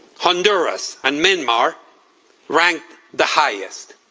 honduras, and myanmar rank the highest.